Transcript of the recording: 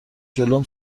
جلوم